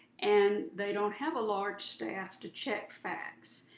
and they don't have a large staff to check facts.